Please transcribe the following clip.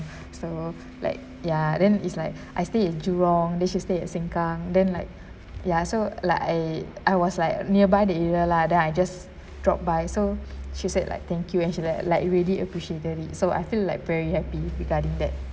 so like ya then is like I stay in jurong then she stay at sengkang then like ya so like I I was like nearby the area lah then I just drop by so she said like thank you and she's like like really appreciated it so I feel like very happy regarding that